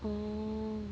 oh